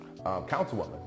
councilwoman